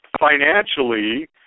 financially